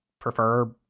prefer